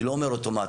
אני לא אומר אוטומט.